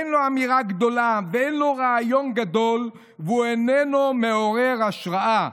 אין לו אמירה גדולה ואין לו רעיון גדול והוא איננו מעורר השראה.